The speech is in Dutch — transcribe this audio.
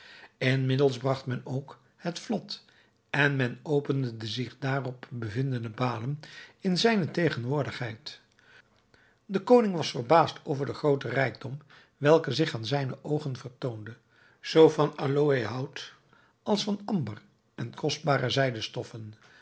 inmiddels bragt men ook het vlot en men opende de zich daarop bevindende balen in zijne tegenwoordigheid de koning was verbaasd over den grooten rijkdom welke zich aan zijne oogen vertoonde zoo van aloëhout als van amber en kostbare zijden stoffen